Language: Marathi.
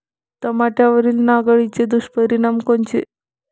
टमाट्यावरील नाग अळीचे दुष्परिणाम कोनचे?